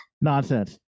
Nonsense